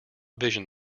vision